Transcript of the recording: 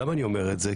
למה אני אומר את זה?